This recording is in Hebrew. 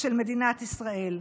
של מדינת ישראל.